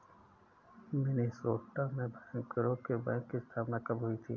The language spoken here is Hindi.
मिनेसोटा में बैंकरों के बैंक की स्थापना कब हुई थी?